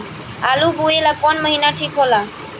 आलू बोए ला कवन महीना ठीक हो ला?